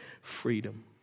freedom